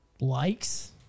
likes